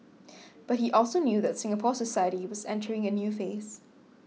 but he also knew that Singapore society was entering a new phase